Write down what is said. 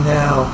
now